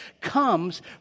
Comes